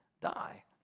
die